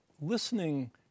Listening